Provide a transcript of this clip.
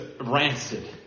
rancid